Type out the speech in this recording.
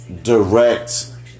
direct